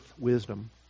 wisdom